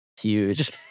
huge